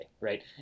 right